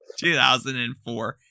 2004